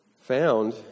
found